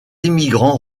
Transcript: immigrants